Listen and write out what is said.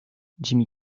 jimmy